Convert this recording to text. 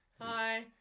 Hi